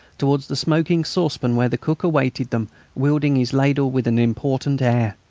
towards the smoking saucepan where the cook awaited them wielding his ladle with an important air.